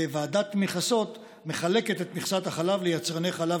וועדת מכסות מחלקת את מכסת החלב ליצרני חלב